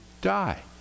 die